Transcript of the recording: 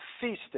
feasting